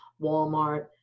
Walmart